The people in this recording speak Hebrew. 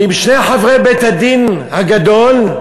ועם שני חברי בית-הדין הגדול,